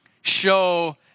show